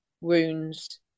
wounds